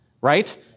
right